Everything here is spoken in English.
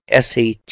SAT